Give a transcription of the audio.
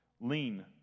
Lean